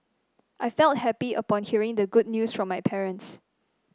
I felt happy upon hearing the good news from my parents